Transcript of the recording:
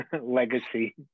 legacy